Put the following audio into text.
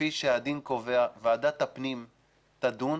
כפי שהדין קובע, ועדת הפנים תדון